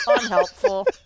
Unhelpful